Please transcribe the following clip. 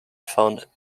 found